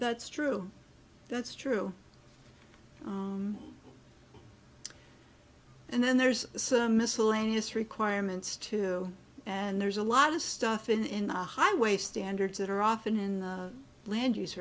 that's true that's true and then there's some miscellaneous requirements too and there's a lot of stuff in the highway standards that are often in land use